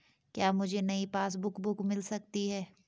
क्या मुझे नयी पासबुक बुक मिल सकती है?